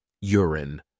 urine